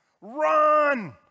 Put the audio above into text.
run